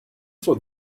for